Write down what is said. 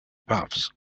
puffs